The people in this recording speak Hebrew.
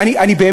זה פשוט לא